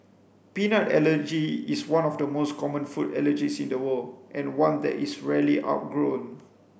peanut allergy is one of the most common food allergies in the world and one that is rarely outgrown